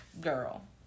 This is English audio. girl